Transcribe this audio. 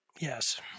Yes